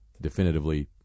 definitively